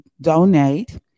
donate